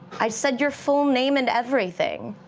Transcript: i said your full name and everything.